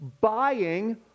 buying